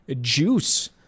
juice